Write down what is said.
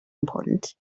important